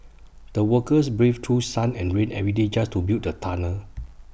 the workers braved through sun and rain every day just to build the tunnel